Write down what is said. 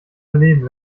erleben